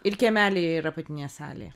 ir kiemelyje ir apatinėje salėje